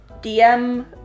DM